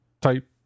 type